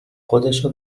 خودشو